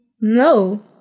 No